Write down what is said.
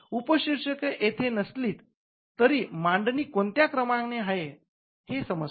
उपशीर्षके येथे नसली तरी मांडणी कोणत्या क्रमाने आहे हे समजते